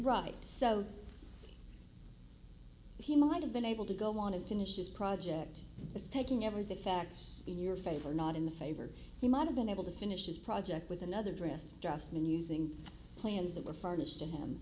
right so he might have been able to go on and finish his project is taking everything facts in your favor not in the favor he might have been able to finish his project was another dress just when using plans that were furnished to him